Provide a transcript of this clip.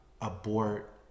abort